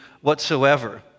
whatsoever